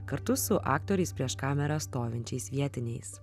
kartu su aktoriais prieš kamerą stovinčiais vietiniais